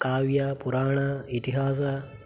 काव्यपुराण इतिहास